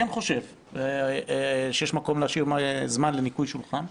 לכן אני כן חושב שיש מקום להשאיר זמן לניקוי שולחן,